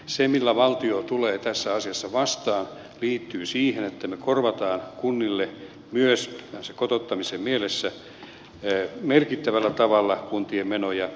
se millä valtio tulee tässä asiassa vastaan liittyy siihen että me korvaamme kunnille myös kotouttamisen mielessä merkittävällä tavalla kun tien menoja